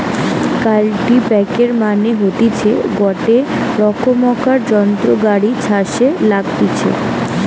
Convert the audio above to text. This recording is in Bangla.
কাল্টিপ্যাকের মানে হতিছে গটে রোকমকার যন্ত্র গাড়ি ছাসে লাগতিছে